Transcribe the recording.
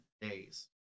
days